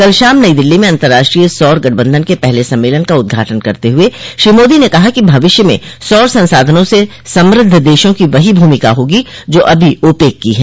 कल शाम नई दिल्ली में अतंर्राष्ट्रीय सौर गठबधन के पहले सम्मलेन का उद्घाटन करते हुए श्री मोदी ने कहा कि भविष्य में सौर संसाधनों से समृद्ध देशों की वही भूमिका होगी जो अभी ओपेक की है